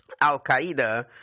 Al-Qaeda